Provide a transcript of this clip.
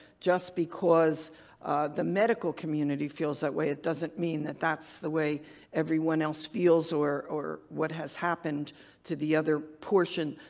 just because the medical community feels that way it doesn't mean that that's the way everyone else feels or or what has happened to the other portion,